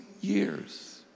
years